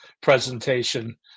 presentation